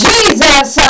Jesus